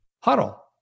huddle